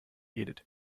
edith